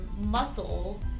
muscle